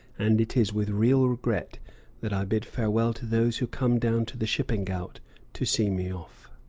and it is with real regret that i bid farewell to those who come down to the shipping ghaut to see me off.